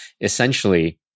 essentially